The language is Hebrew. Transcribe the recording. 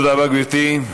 תודה רבה, גברתי.